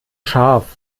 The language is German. scharf